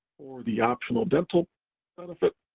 the optional dental benefit,